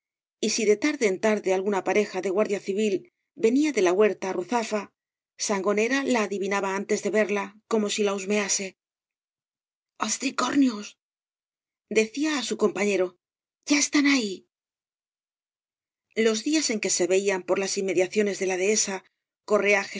y si de tarde en tarde alguna pareja de guardia einl venía de la huerta de ruzafa sangonera la adivinaba antes de verla como si la husmease jels tricornios decía á su compañero jya están ahí los días en que se veían por las inmediacio bes de la dehesa